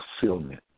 fulfillment